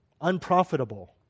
Unprofitable